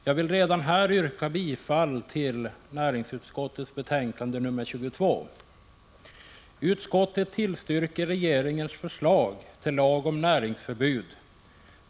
Jag vill redan här yrka bifall till näringsutskottets hemställan i betänkande nr 22. Utskottet tillstyrker regeringens förslag till lag om näringsförbud.